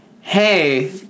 hey